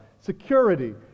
security